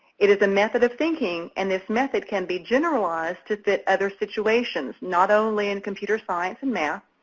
it is a method of thinking and this method can be generalized to fit other situations, not only in computer science and math,